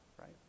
Right